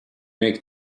make